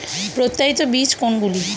প্রত্যায়িত বীজ কোনগুলি?